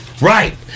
Right